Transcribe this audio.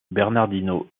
bernardino